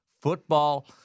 football